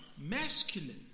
masculine